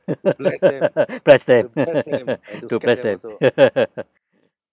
bless them to bless them